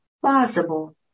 plausible